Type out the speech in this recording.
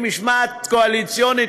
משמעת קואליציונית,